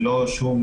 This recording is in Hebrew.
ללא שום